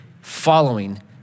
following